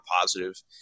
positive